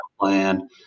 plan